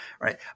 right